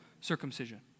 circumcision